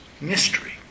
mystery